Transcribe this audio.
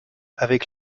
avec